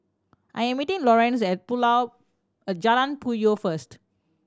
I am meeting Lorenz at at Jalan Puyoh first